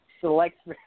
select